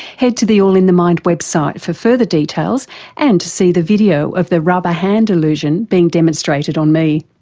head to the all in the mind website for further details and to see the video of the rubber hand illusion being demonstrated on me.